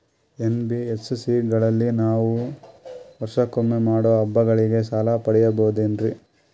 NBSC ಗಳಲ್ಲಿ ನಾವು ವರ್ಷಕೊಮ್ಮೆ ಮಾಡೋ ಹಬ್ಬಗಳಿಗೆ ಸಾಲ ಪಡೆಯಬಹುದೇನ್ರಿ?